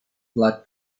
blood